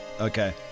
Okay